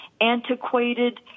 antiquated